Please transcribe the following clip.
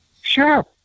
Sure